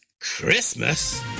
Christmas